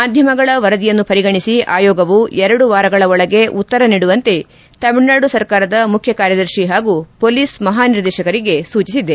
ಮಾಧ್ವಮಗಳ ವರದಿಯನ್ನು ಪರಿಗಣಿಸಿ ಆಯೋಗವು ಎರಡು ವಾರಗಳ ಒಳಗೆ ಉತ್ತರ ನೀಡುವಂತೆ ತಮಿಳುನಾಡು ಸರ್ಕಾರದ ಮುಖ್ನಕಾರ್ಯದರ್ತಿ ಹಾಗೂ ಪೊಲೀಸ್ ಮಹಾನಿರ್ದೇಶಕರಿಗೆ ಸೂಚಿಸಿದೆ